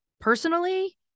personally